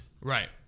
Right